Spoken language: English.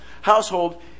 household